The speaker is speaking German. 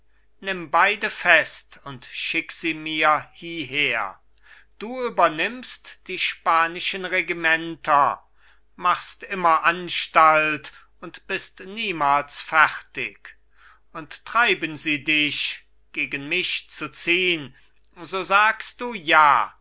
nimm beide fest und schick sie mir hieher du übernimmst die spanischen regimenter machst immer anstalt und bist niemals fertig und treiben sie dich gegen mich zu ziehn so sagst du ja